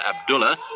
Abdullah